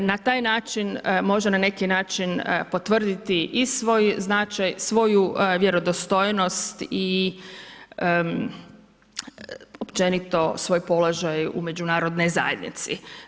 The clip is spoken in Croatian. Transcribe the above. Na taj način može na neki način potvrditi i svoj značaj, svoju vjerodostojnost i općenito svoj položaj u međunarodnoj zajednici.